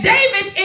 David